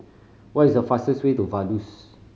what is the fastest way to Vaduz